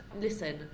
listen